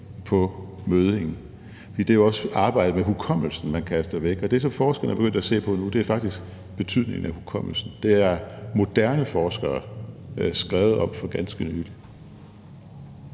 på møddingen. For det er også arbejdet med hukommelsen, man kaster væk. Og det, forskere er begyndt at se på nu, er faktisk betydningen af hukommelsen. Det har moderne forskere skrevet om for ganske nylig.